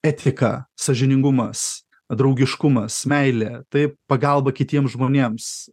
etika sąžiningumas draugiškumas meilė tai pagalba kitiem žmonėms